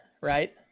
right